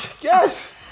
Yes